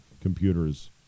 computer's